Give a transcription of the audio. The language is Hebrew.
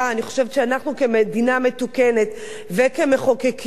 אני חושבת שאנחנו כמדינה מתוקנת וכמחוקקים